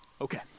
Okay